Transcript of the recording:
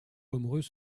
pomereux